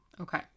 Okay